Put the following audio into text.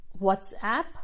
whatsapp